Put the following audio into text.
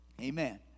Amen